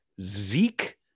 Zeke